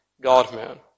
God-man